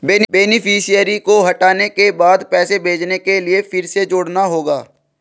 beneficiary को हटाने के बाद पैसे भेजने के लिए फिर से जोड़ना होगा